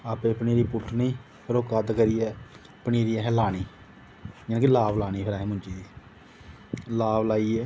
आपें पनीरी पुट्टनी फिर ओह् कद करियै पनीरी असें लानी मतलब की लाह्ग असें लानी ओह् मुंजी दी लाह्ग लाइयै